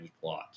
plot